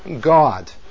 God